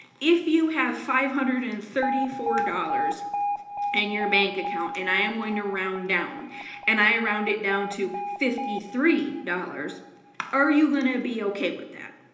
if you have five hundred and thirty four dollars in and your bank account and i am going to round down and i round it down to fifty three dollars are you going to be okay with that?